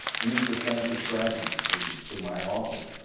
used to send his graduate students to my office.